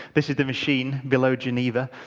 this is the machine below geneva.